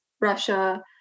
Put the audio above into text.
Russia